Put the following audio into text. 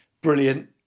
brilliant